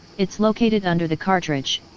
it's located under the cartridge,